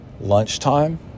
lunchtime